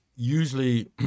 usually